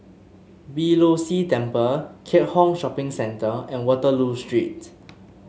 Beeh Low See Temple Keat Hong Shopping Centre and Waterloo Street